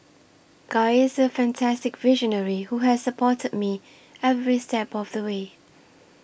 guy is a fantastic visionary who has supported me every step of the way